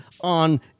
on